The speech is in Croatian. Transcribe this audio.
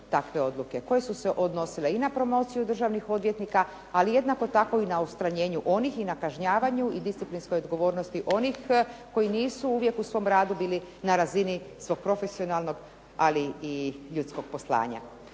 koje su se odnosile i na promociju državnih odvjetnika ali jednako tako i na odstranjenju onih i na kažnjavanju i disciplinskoj odgovornosti onih koji nisu uvijek u svom radu bili na razini svog profesionalnog i ljudskog poslanja.